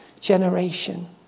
generation